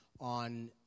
on